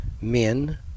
men